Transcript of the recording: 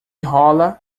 rola